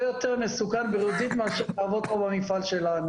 יותר מסוכן בריאותית מאשר לעבוד פה במפעל שלנו.